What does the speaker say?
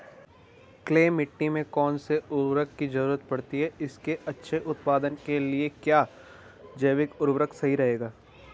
Clay मिट्टी में कौन से उर्वरक की जरूरत पड़ती है इसके अच्छे उत्पादन के लिए क्या जैविक उर्वरक सही रहेगा?